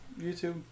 YouTube